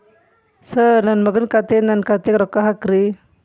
sir ನನ್ನ ಮಗನ ಖಾತೆ ಯಿಂದ ನನ್ನ ಖಾತೆಗ ರೊಕ್ಕಾ ಹಾಕ್ರಿ